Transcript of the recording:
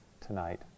tonight